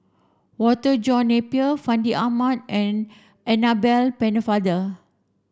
Walter John Napier Fandi Ahmad and Annabel Pennefather